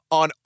on